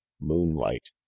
moonlight